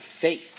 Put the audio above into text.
faith